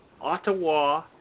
Ottawa